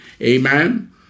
Amen